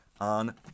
on